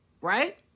right